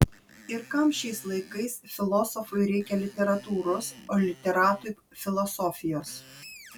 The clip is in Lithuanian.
ir kam šiais laikais filosofui reikia literatūros o literatui filosofijos